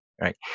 right